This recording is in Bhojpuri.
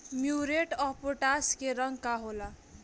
म्यूरेट ऑफ पोटाश के रंग का होला?